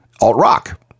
alt-rock